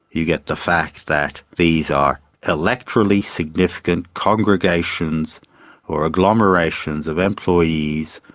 you get the fact that these are electorally significant congregations or agglomerations of employees,